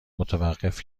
متوقف